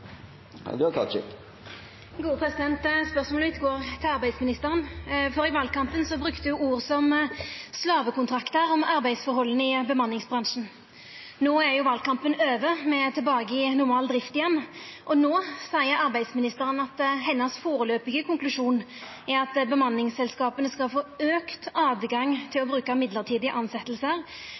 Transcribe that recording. Spørsmålet mitt går til arbeidsministeren. I valkampen brukte ho ord som «slavekontraktar» om arbeidsforholda i bemanningsbransjen. Valkampen er over, og me er tilbake i normal drift igjen. No seier arbeidsministeren at hennar foreløpige konklusjon er at bemanningsselskapa skal få auka høve til å bruka